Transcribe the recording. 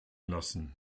lassen